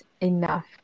enough